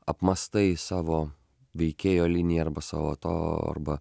apmąstai savo veikėjo liniją arba savo to arba